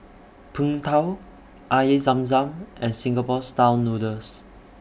Png Tao Air Zam Zam and Singapore Style Noodles